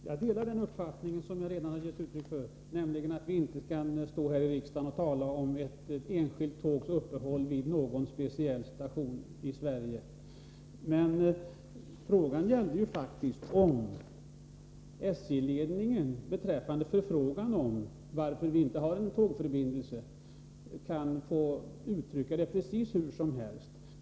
Herr talman! Jag vidhåller den uppfattning som jag redan gett uttryck för, nämligen att vi inte kan sitta här i riksdagen och bestämma om ett enskilt tågs uppehåll vid någon speciell station i Sverige. Frågan gällde ju faktiskt om SJ-ledningen, beträffande förfrågan varför det inte finns en viss tågförbindelse, får uttrycka sig precis hur som helst.